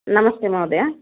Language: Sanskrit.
नमस्ते महोदय